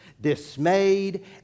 Dismayed